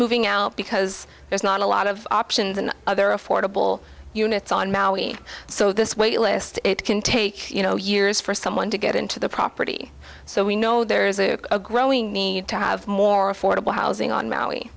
moving out because there's not a lot of options and other affordable units on maui so this wait list it can take you know years for someone to get into the property so we know there's a growing need to have more affordable housing on maui